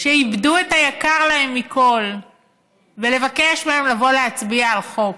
שאיבדו את היקר להם מכול ולבקש מהם לבוא להצביע על חוק.